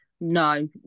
no